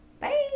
bye